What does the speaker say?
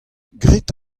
grit